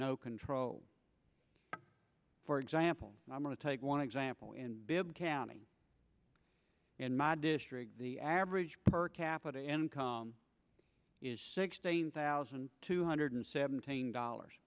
no control for exam i'm going to take one example in county in my district the average per capita income is sixteen thousand two hundred seventeen dollars